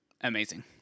amazing